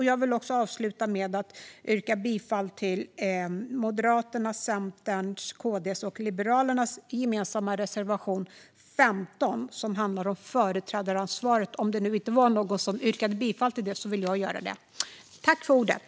Jag vill avsluta med att också yrka bifall till Moderaternas, Centerns, KD:s och Liberalernas gemensamma reservation 15 som handlar om företrädaransvaret. Om det inte var någon som yrkade bifall till detta så vill jag göra det.